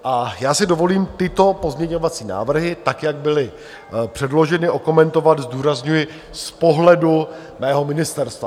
A já si dovolím tyto pozměňovací návrhy, tak jak byly předloženy, okomentovat, zdůrazňuji, z pohledu mého ministerstva.